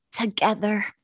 together